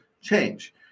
change